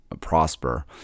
Prosper